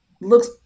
looks